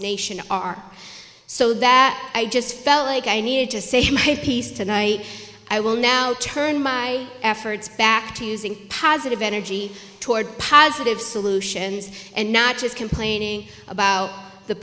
nation are so that i just felt like i needed to say my piece tonight i will now turn my efforts back to using positive energy toward positive solutions and not just complaining about the